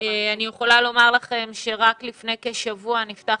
אני יכולה לומר לכם שרק לפני כשבוע נפתח